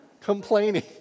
complaining